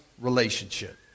relationship